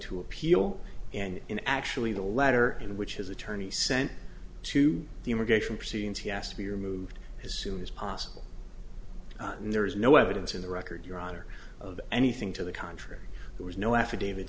to appeal and in actually the letter in which his attorney sent to the immigration proceedings he asked to be removed his soon as possible and there is no evidence in the record your honor of anything to the contrary there was no af